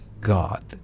God